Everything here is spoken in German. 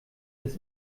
das